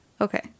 Okay